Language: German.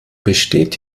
besteht